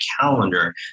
calendar